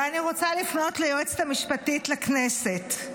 ואני רוצה לפנות ליועצת המשפטית לכנסת,